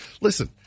listen